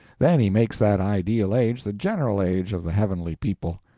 then he makes that ideal age the general age of the heavenly people.